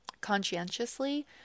conscientiously